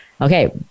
okay